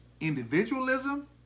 individualism